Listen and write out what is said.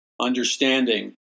understanding